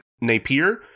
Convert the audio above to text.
Napier